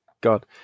God